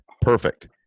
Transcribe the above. Perfect